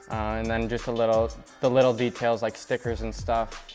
and then just the little the little details like stickers and stuff.